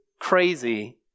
crazy